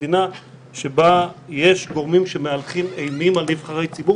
מדינה בה יש גורמים שמהלכים אימים על נבחרי ציבור.